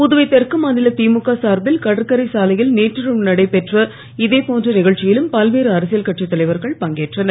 புதுவை தெற்கு மாநில திமுக சார்பில் கடற்கரை சாலையில் நேற்றிரவு நடைபெற்ற இதேபோன்ற நிகழ்ச்சியிலும் பல்வேறு அரசியல் கட்சித் தலைவர்கள் பங்கேற்றனர்